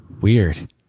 Weird